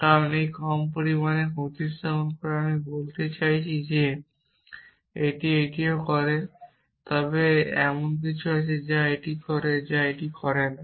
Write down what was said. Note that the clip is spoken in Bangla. কারণ এটি কম পরিমাণে প্রতিস্থাপন করে আমি বলতে চাইছি যে এটি এটিও করে তবে এমন কিছু আছে যা এটি করে যা এই করে না